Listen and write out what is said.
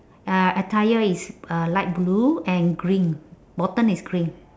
uh attire is uh light blue and green bottom is green